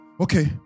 Okay